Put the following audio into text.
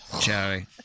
Jerry